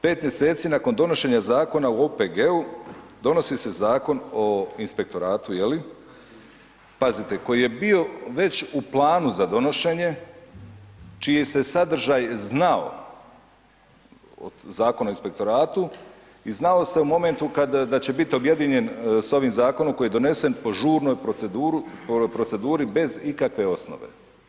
5 mjeseci nakon donošenja zakona o OPG-u donosi se zakon o inspektoratu je li, pazite koji je bio već u planu za donošenje čiji se sadržaj znao od zakona o inspektoratu i znalo se o momentu kada da će biti objedinjen s ovim zakonom koji je donešen po žurnoj proceduri bez ikakve osnove.